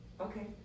okay